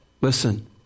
Listen